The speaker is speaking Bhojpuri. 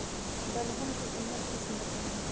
दलहन के उन्नत किस्म बताई?